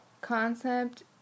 concept